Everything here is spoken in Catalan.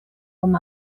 com